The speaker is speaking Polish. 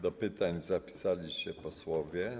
Do pytań zapisali się posłowie.